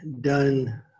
done